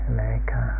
America